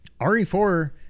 re4